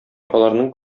аларның